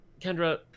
Kendra